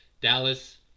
Dallas